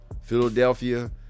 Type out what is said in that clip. Philadelphia